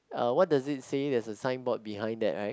uh what does it say there's a signboard behind that right